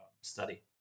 study